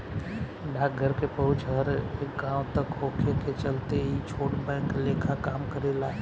डाकघर के पहुंच हर एक गांव तक होखे के चलते ई छोट बैंक लेखा काम करेला